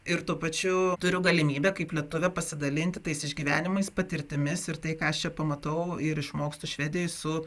ir tuo pačiu turiu galimybę kaip lietuvė pasidalinti tais išgyvenimais patirtimis ir tai ką aš čia pamatau ir išmokstu švedijoj su